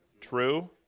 True